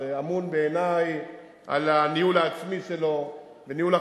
שאמון בעיני על הניהול העצמי שלו וניהול החיילים.